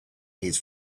his